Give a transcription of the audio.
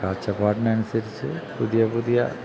കാഴ്ചപ്പാടിനനുസരിച്ച് പുതിയ പുതിയ